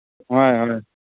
ꯍꯣꯏ ꯍꯣꯏ